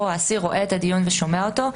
או האסיר רואה את הדיון ושומע אותו,